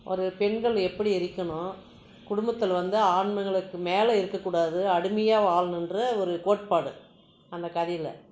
ஒரு பெண்கள் எப்படி இருக்கணும் குடும்பத்தில் வந்து ஆண்களுக்கு மேலே இருக்கக்கூடாது அடிமையாக வாழனுன்ற ஒரு கோட்பாடு அந்த கதையில்